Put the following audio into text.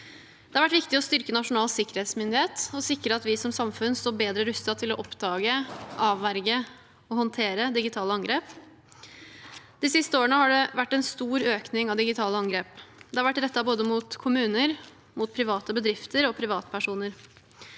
Det har vært viktig å styrke Nasjonal sikkerhetsmyndighet og sikre at vi som samfunn står bedre rustet til å oppdage, avverge og håndtere digitale angrep. De siste årene har det vært en stor økning i antall digitale angrep. Det har vært rettet mot både kommuner, private bedrifter og privatpersoner.